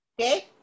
Okay